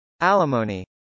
alimony